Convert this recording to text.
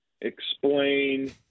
explain